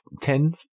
ten